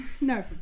no